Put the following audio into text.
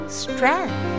strength